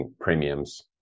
premiums